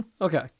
Okay